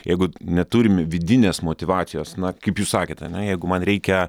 jeigu neturim vidinės motyvacijos na kaip jūs sakėte ane jeigu man reikia